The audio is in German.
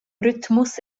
rhythmus